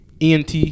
ENT